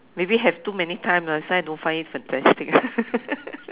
maybe have too many time lah that's why I don't find it fantastic